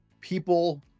People